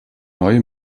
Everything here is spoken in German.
neue